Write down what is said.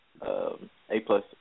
A-plus